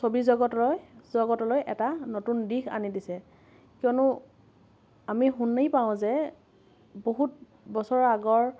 ছবি জগতলৈ জগতলৈ এটা নতুন দিশ আনি দিছে কিয়নো আমি শুনি পাওঁ যে বহুত বছৰৰ আগৰ